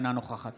אינה נוכחת